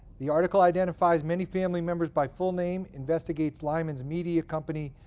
the article identifies many family members by full name, investigates lyman's media company,